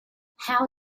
how